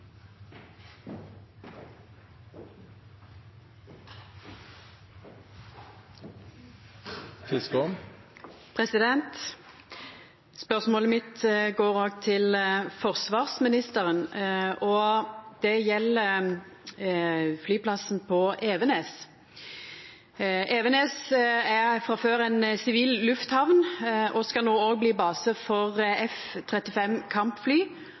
Spørsmålet mitt går òg til forsvarsministeren, og det gjeld flyplassen på Evenes. Evenes er frå før ei sivil lufthamn og skal no òg bli base for F-35 kampfly